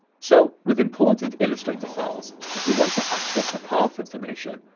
so with imported illustrator files, if we want to access the path information,